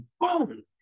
Boom